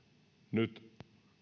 nyt